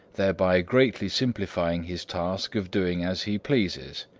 thereby greatly simplifying his task of doing as he pleases.